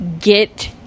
get